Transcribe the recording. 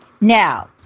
Now